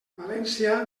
valència